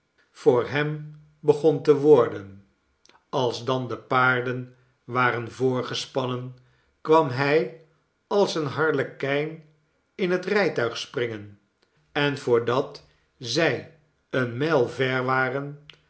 voor hem begon te worden als dan de paarden waren voorgespannen kwam hij als een harlekijn in het rijtuig springen en voordat zij eene mijl ver waren